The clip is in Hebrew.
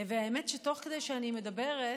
האמת היא שתוך כדי שאני מדברת,